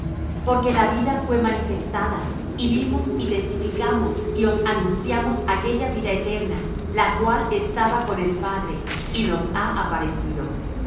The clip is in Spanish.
porque la vida fué manifestada y vimos y testificamos y os anunciamos aquella vida eterna la cual estaba con el padre y nos ha aparecido